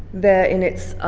there in its